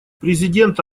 президент